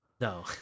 No